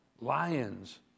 lions